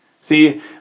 See